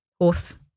horse